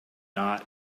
not